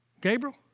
Gabriel